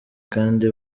kandi